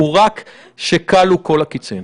הוא רק כשכלו כל הקיצין.